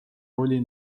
oli